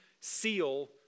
seal